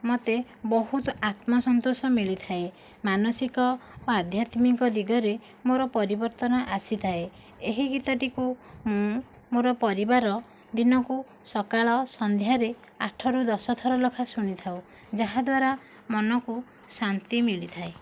ମୋତେ ବହୁତ ଆତ୍ମ ସନ୍ତୋଷ ମିଳିଥାଏ ମାନସିକ ବା ଆଧ୍ୟାତ୍ମିକ ଦିଗରେ ମୋର ପରିବର୍ତ୍ତନ ଆସିଥାଏ ଏହି ଗୀତଟିକୁ ମୁଁ ମୋର ପରିବାର ଦିନକୁ ସକାଳ ସନ୍ଧ୍ୟାରେ ଆଠ ରୁ ଦଶ ଥର ଲେଖାଏଁ ଶୁଣିଥାଉ ଯାହାଦ୍ଵାରା ମନକୁ ଶାନ୍ତି ମିଳିଥାଏ